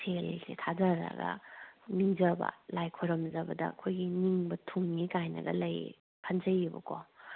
ꯁꯦꯜꯁꯦ ꯊꯥꯗꯔꯒ ꯅꯤꯡꯖꯕ ꯂꯥꯏ ꯈꯨꯔꯨꯝꯖꯕꯗ ꯑꯩꯈꯣꯏꯒꯤ ꯅꯤꯡꯕ ꯊꯨꯡꯏ ꯀꯥꯏꯅꯒ ꯂꯩ ꯈꯟꯖꯩꯌꯦꯕꯀꯣ